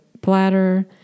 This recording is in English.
bladder